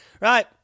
right